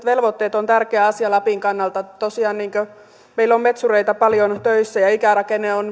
velvoitteet ovat tärkeä asia lapin kannalta tosiaan meillä on metsureita paljon töissä ja ikärakenne on